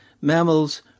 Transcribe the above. mammals